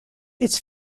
its